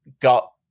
got